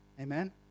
Amen